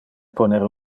poner